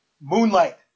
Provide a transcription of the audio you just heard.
Moonlight